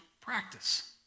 practice